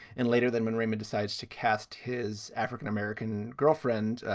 and later than when raymond decides to cast his african-american girlfriend,